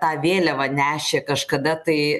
tą vėliavą nešė kažkada tai